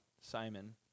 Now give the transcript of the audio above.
Simon